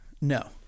No